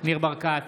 ניר ברקת,